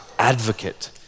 advocate